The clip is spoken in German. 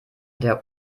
der